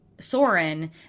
Soren